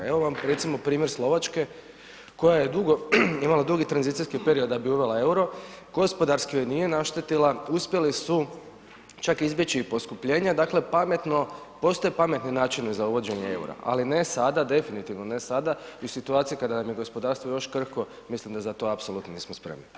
Evo vam recimo primjer Slovačke koja je dugo, imala dugi tranzicijski period da bi uvela EUR-o gospodarski joj nije naštetila uspjeli su čak izbjeći i poskupljenja dakle pametno, postoje pametni načini za uvođenje EUR-a, ali ne sada definitivno, ne sada u situaciji kada nam je gospodarstvo još krhko mislim da za to apsolutno nismo spremni.